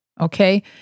okay